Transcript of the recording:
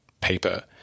paper